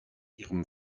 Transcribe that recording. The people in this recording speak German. ihrem